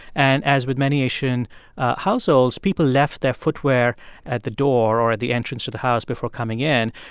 and as with many asian households, people left their footwear at the door or at the entrance to the house before coming in.